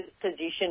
position